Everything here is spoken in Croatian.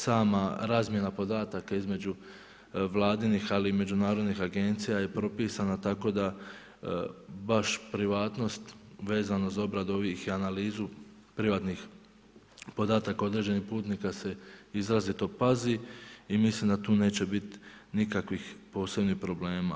Sama razmjena podataka između vladinih, ali i međunarodnih agencija je propisana tako da baš privatnost vezano za obradu ovih i analizu privatnih podataka određenih putnika se izrazito pazi i mislim da tu neće biti nikakvih posebnih problema.